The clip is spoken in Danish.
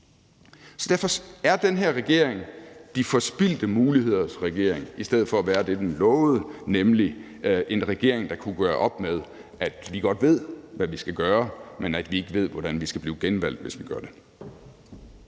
Derfor er den her regering »De forspildte muligheders regering« i stedet for at være det, den lovede, nemlig en regering, der kunne gøre op med det, at vi godt ved, hvad vi skal gøre, men at vi ikke ved, hvordan vi skal blive genvalgt, hvis vi gør det.